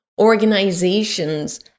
organizations